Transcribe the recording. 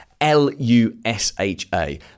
L-U-S-H-A